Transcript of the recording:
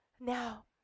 now